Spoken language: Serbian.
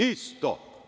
Isto.